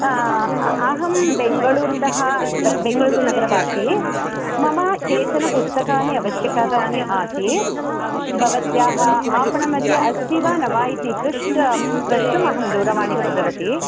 अहं बेङ्गळूरुतः बेङ्गळूरुनगरवासी मम केचन पुस्तकानि आवश्यकानि आसीत् भवत्याः आपणमध्ये अस्ति वा न वा इति पृष्ट प्रष्टुम् अहं दूरवाणीं कृतवती